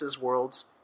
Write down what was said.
worlds